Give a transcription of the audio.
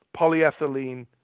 polyethylene